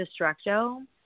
Destructo